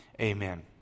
amen